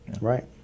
right